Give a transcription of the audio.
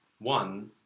One